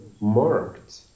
marked